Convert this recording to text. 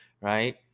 right